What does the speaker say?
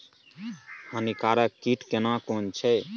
हानिकारक कीट केना कोन छै?